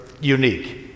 unique